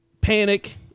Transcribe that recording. panic